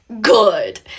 good